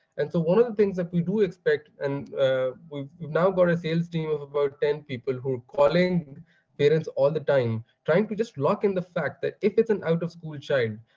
and so one of the things that we do expect, and we've now got a sales team of about ten people who are calling parents all the time trying to just lock in the fact that if it's an out of school child,